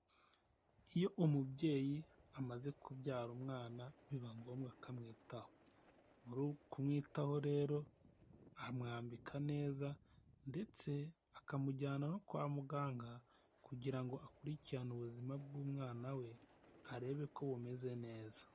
Iyo umubyeyi amaze kubyara umwana biba ngombwa ko amwitaho ari kumwitaho rero amwambika neza ndetse akamujyana no kwa muganga kugira ngo akurikirane ubuzima bw'umwana we kugirango arebe ko bumeze neza.